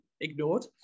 ignored